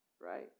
Right